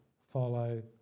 follow